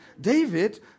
David